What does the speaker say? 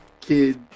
kid